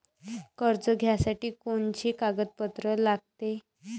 कर्ज घ्यासाठी कोनचे कागदपत्र लागते?